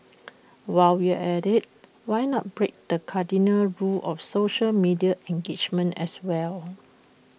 while we are at IT why not break the cardinal rule of social media engagement as well